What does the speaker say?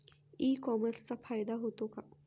E कॉमर्सचा फायदा होतो का?